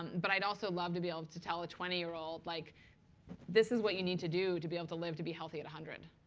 but i'd also love to be able to tell a twenty year old, like this is what you need to do to be able to live to be healthy at one hundred.